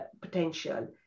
potential